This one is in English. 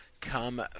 come